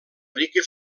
rica